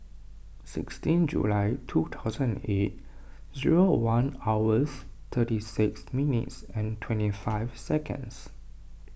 sixteen July two thousand eight one hours thirty six minutes twenty five seconds